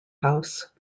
house